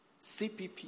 CPP